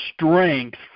strength